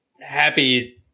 happy